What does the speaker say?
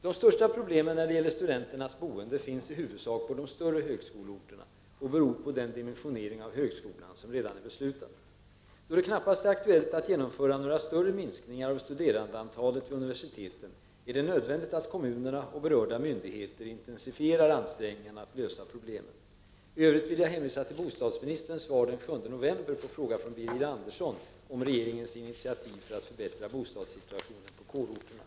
De största problemen när det gäller studenternas boende finns i huvudsak på de större högskoleorterna och beror på den dimensionering av högskolan som redan är beslutad. Då det knappast är aktuellt att genomföra några större minskningar av studerandeantalet vid universiteten är det nödvändigt att kommunerna och berörda myndigheter intensifierar ansträngningarna för att lösa problemen. I övrigt vill jag hänvisa till bostadsministerns svar den 7 november på en fråga från Birger Andersson om regeringens initiativ för att förbättra bostadssituationen på kårorterna.